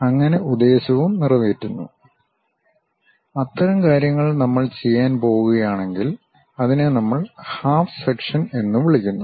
അങ്ങനെ ഉദ്ദേശ്യവും നിറവേറ്റുന്നു അത്തരം കാര്യങ്ങൾ നമ്മൾ ചെയ്യാൻ പോകുകയാണെങ്കിൽ അതിനെ നമ്മൾ ഹാഫ് സെക്ഷൻ എന്ന് വിളിക്കുന്നു